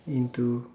into